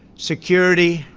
security,